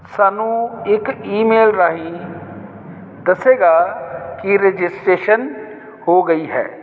ਸਾਨੂੰ ਇੱਕ ਈਮੇਲ ਰਾਹੀਂ ਦੱਸੇਗਾ ਕਿ ਰਜਿਸਟਰੇਸ਼ਨ ਹੋ ਗਈ ਹੈ